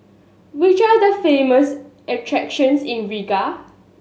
which are the famous attractions in Riga